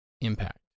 impact